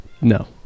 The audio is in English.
No